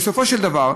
בסופו של דבר,